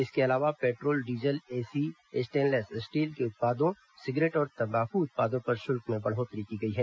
इसके अलावा petrol diesel AC stainless steel के उत्पादों सिगरेट और तम्बाकू उत्पादों पर शुल्क में बढ़ोतरी की गई है